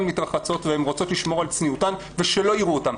מתרחצות והן רוצות לשמור על צניעותן ושלא יראו אותן.